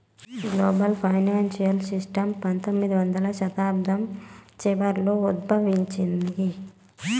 global financial system పంతొమ్మిదవ శతాబ్దం చివరలో ఉద్భవించింది